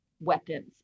weapons